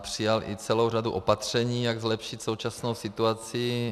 Přijal celou řadu opatření, jak zlepšit současnou situaci.